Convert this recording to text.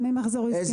ממחזור עסקי מסוים?